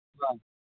ꯑꯥ